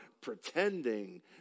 pretending